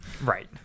right